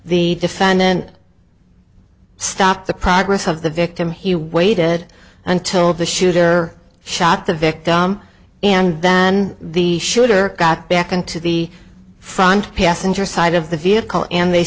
the defendant stop the progress of the victim he waited until the shooter shot the victim and then the shooter got back into the front passenger side of the vehicle and they